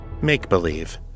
Make-Believe